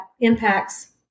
impacts